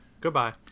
goodbye